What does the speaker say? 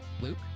Luke